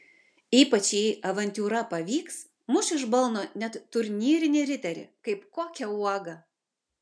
ypač jei avantiūra pavyks muš iš balno net turnyrinį riterį kaip kokią uogą